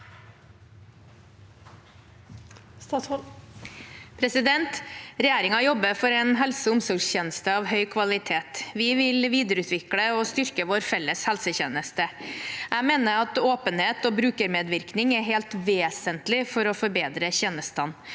Regjeringen jobber for en helse- og omsorgstjeneste av høy kvalitet. Vi vil videreutvikle og styrke vår felles helsetjeneste. Jeg mener at åpenhet og brukermedvirkning er helt vesentlig for å forbedre tjenestene.